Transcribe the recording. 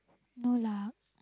no luck